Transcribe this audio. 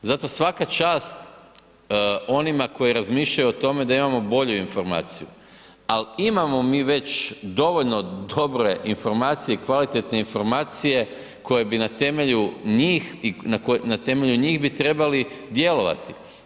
Zato svaka čast onima koji razmišljaju o tome da imamo bolju informaciju, al imamo mi već dovoljno dobre informacije, kvalitetne informacije koje bi na temelju njih bi trebali djelovati.